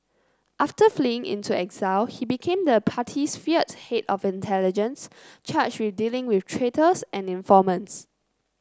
after fleeing into exile he became the party's feared head of intelligence charged with dealing with traitors and informants